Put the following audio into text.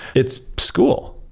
it's school.